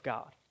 God